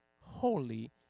holy